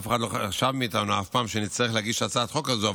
אף אחד מאיתנו לא חשב אף פעם שנצטרך להגיש הצעת חוק כזו,